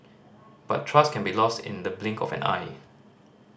but trust can be lost in the blink of an eye